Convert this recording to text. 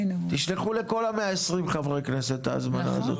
תשלחו לכל ה-120 חברי כנסת את ההזמנה הזאת.